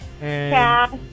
Cash